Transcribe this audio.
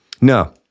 No